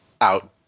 out